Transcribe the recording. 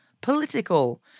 political